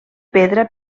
pedra